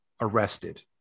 arrested